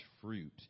fruit